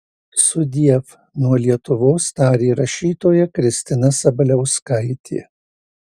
sudiev nuo lietuvos tarė rašytoja kristina sabaliauskaitė